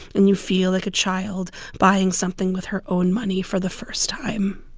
and you feel like a child buying something with her own money for the first time